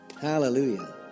Hallelujah